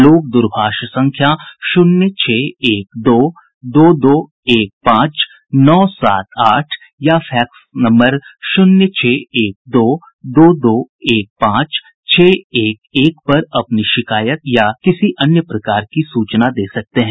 लोग दूरभाष संख्या शून्य छह एक दो दो दो दो एक पांच नौ सात आठ या फैक्स नम्बर शून्य छह एक दो दो दो एक पांच छह एक एक पर अपनी शिकायत या किसी अन्य प्रकार की सूचना दे सकते हैं